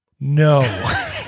No